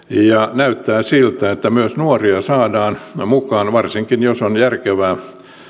näyttää siltä että myös nuoria saadaan mukaan varsinkin jos on järkevää